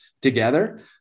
together